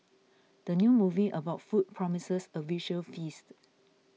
the new movie about food promises a visual feast